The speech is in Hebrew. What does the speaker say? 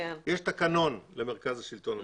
יש תקנון למרכז השלטון המקומי,